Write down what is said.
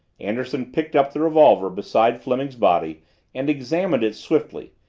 anderson picked up the revolver beside fleming's body and examined it swiftly,